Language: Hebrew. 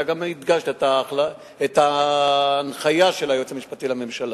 אתה גם הדגשת את ההנחיה של היועץ המשפטי לממשלה: